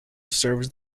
serves